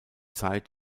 zeit